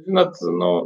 žinot nu